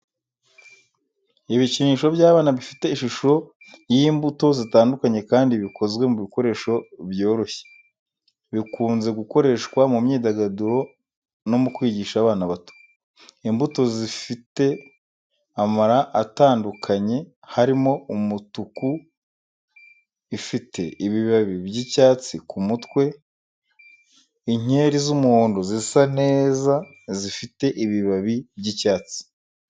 Ibikinisho by’abana bifite ishusho y’imbuto zitandukanye kandi bikozwe mu bikoresho byoroshye, bikunze gukoreshwa mu myidagaduro no mu kwigisha abana bato. Imbuto zifite amara atandukanye harimo umutuku, ifite ibibabi by’icyatsi ku mutwe. Inkeri z’umuhondo zisa neza zifite ibibabi by’icyatsi.